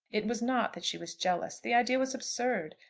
it was not that she was jealous. the idea was absurd.